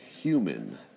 human